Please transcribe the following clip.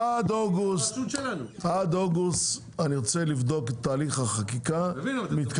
עד אוגוסט אני ארצה לבדוק אם תהליך החקיקה מתקיים,